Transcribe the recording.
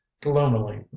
gloomily